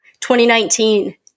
2019